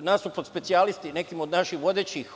nasuprot specijalisti, nekim od naših vodećih